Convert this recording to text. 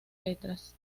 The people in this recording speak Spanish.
letras